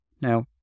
Now